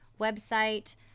website